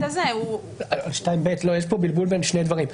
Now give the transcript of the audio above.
הזה --- יש כאן בלבול בין שני דברים.